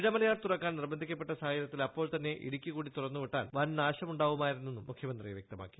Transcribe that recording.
ഇടമലയാർ തുറക്കാൻ നിർബന്ധിക്കപ്പെട്ട സാഹചര്യത്തിൽ അപ്പോൾത്തന്നെ ഇടുക്കി കൂടി തുറന്നുവിട്ടാൽ വൻ നാശമുണ്ടാവുമായിരുന്നുവെന്നും മുഖ്യമന്ത്രി വ്യക്തമാക്കി